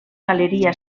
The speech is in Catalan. galeria